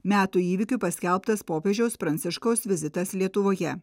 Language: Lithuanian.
metų įvykiu paskelbtas popiežiaus pranciškaus vizitas lietuvoje